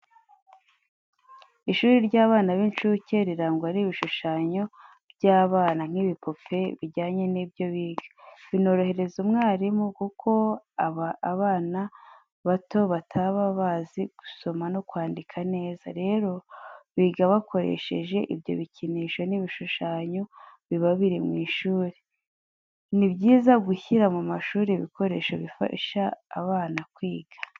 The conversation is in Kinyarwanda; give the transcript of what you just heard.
Ishuri ry'abana b'incuke riragwa n'ibishushanyo by'abana nk'ibipupe, bijyanye nibyo biga, binorohereza umwarimu kuko abana bato bataba bazi gusoma no kwandika neza, rero biga bakoresheje ibyo bikinisho n'ibishushanyo biba biri mu ishuri. Ni byiza gushyira mu mashuri ibikoresho bifasha abana kwiga.